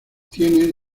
tiene